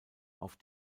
auf